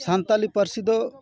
ᱥᱟᱱᱛᱟᱲᱤ ᱯᱟᱹᱨᱥᱤ ᱫᱚ